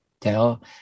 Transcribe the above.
tell